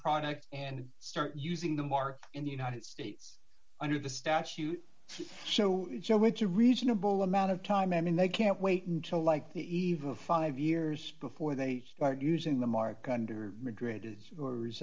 products and start using them are in the united states under the statute so so with a reasonable amount of time i mean they can't wait until like the even five years before they start using the mark under madrid is